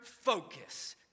focus